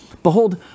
Behold